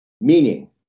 meaning